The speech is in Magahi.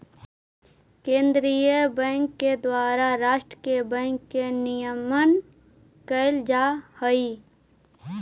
केंद्रीय बैंक के द्वारा राष्ट्र के बैंक के नियमन कैल जा हइ